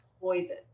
poison